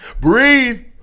Breathe